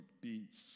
beats